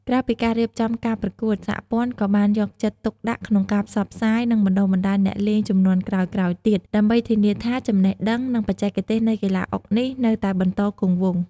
ក្រៅពីការរៀបចំការប្រកួត សហព័ន្ធក៏បានយកចិត្តទុកដាក់ក្នុងការផ្សព្វផ្សាយ និងបណ្តុះបណ្តាលអ្នកលេងជំនាន់ក្រោយៗទៀត ដើម្បីធានាថាចំណេះដឹង និងបច្ចេកទេសនៃកីឡាអុកនេះនៅតែបន្តគង់វង្ស។